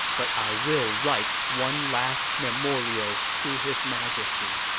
but i will write one last memorial to his majesty.